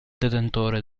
detentore